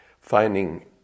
finding